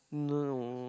no no